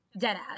Deadass